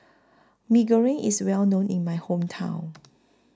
Mee Goreng IS Well known in My Hometown